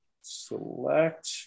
Select